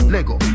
Lego